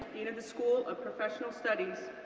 dean of the school of professional studies,